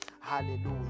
Hallelujah